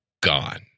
gone